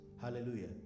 Hallelujah